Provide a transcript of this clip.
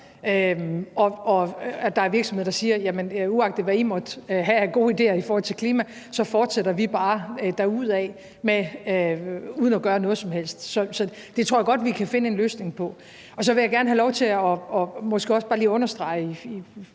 og at der er virksomheder, der siger: Uagtet hvad I måtte have af gode idéer i forhold til klima, fortsætter vi bare derudaf uden at gøre noget som helst. Så det tror jeg godt vi kan finde en løsning på. Og så vil jeg gerne have lov til og måske også bare lige understrege